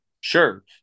sure